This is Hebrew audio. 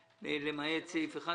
למעט סעיף 11?